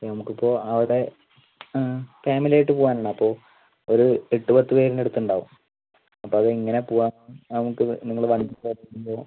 നമുക്കിപ്പോൾ അവിടെ ഫാമിലി ആയിട്ട് പോവാനാണ് അപ്പോൾ ഒരു എട്ടു പത്തു പേരിൻ്റെ അടുത്തുണ്ടാവും അപ്പോൾ അത് എങ്ങനെ പോവാം നമുക്ക് നിങ്ങൾ